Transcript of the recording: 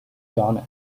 gone